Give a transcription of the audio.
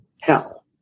hell